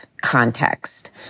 context